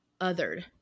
othered